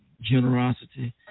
generosity